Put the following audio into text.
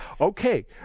Okay